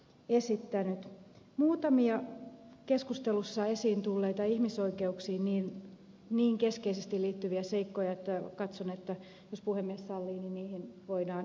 on muutamia keskustelussa esiin tulleita ihmisoikeuksiin niin keskeisesti liittyviä seikkoja että katson että jos puhemies sallii niin niihin voidaan vastata